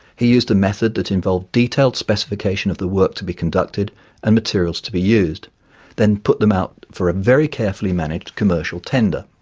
he used a method that involved detailed specification of the work to be conducted and materials to be used then put them out for a very carefully managed commercial tender.